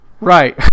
right